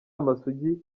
amasugi